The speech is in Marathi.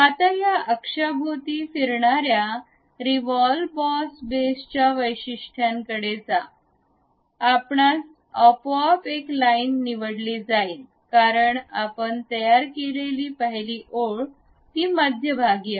आता या अक्षाभोवती फिरणाऱ्या रिव्हॉल्व बॉस बेसच्या वैशिष्ट्यांकडे जा आपणास आपोआप एक लाइन निवडली जाईल कारण आपण तयार केलेली पहिली ओळ ती मध्यभागी आहे